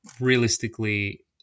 realistically